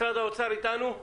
משרד האוצר איתנו?